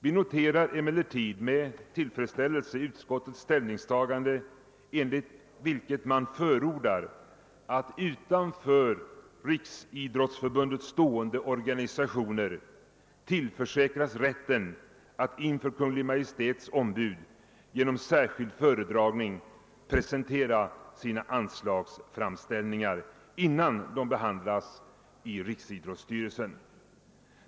Vi noterar emellertid med tillfredsställelse utskottets ställningstagande, enligt vilket man förordar att utanför Riksidrottsförbundet stående organisationer tillförsäkras rätten att inför Kungl. Maj:ts ombud genom särskild föredragning presentera sina anslagsframställningar innan de behandlas i riksidrottsstyrelsen.